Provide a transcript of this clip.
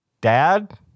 Dad